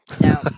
no